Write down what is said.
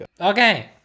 Okay